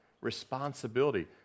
responsibility